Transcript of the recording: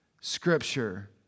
Scripture